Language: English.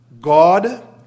God